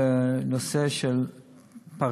של אנשים.